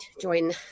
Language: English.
Join